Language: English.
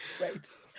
Right